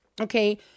okay